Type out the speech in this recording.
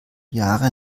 jahre